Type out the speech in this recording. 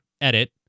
edit